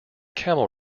camel